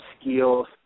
skills